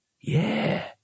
Yeah